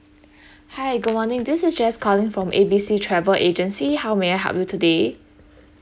hi good morning this is jess calling from A B C travel agency how may I help you today